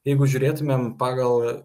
jeigu žiūrėtumėm pagal